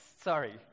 Sorry